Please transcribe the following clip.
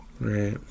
Right